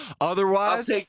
Otherwise